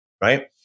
right